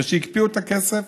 ושהקפיאו את הכסף